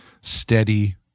steady